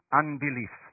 unbelief